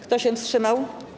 Kto się wstrzymał?